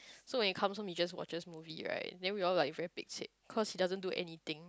so when he comes home he just watches movie right then we all like very pek chek cause he doesn't do anything